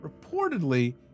Reportedly